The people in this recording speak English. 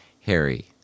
Harry